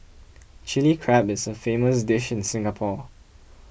Chilli Crab is a famous dish in Singapore